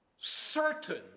certain